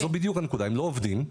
הם לא עובדים,